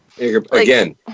Again